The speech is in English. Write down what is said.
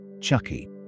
Chucky